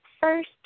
first